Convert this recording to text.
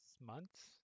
Months